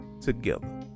together